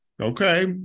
okay